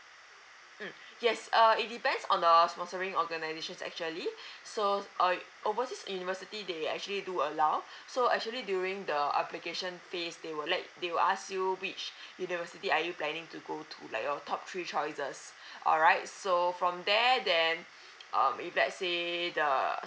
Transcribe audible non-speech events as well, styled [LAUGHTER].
mm yes uh it depends on the sponsoring organizations actually [BREATH] so uh overseas university they actually do allow [BREATH] so actually during the application phase they will let they will ask you which university are you planning to go to like your top three choices [BREATH] alright so from there then [BREATH] um if let say the